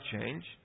change